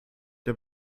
der